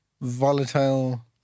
volatile